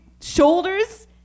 shoulders